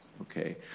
Okay